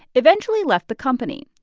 eventually left the company.